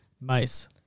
Mice